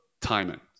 timing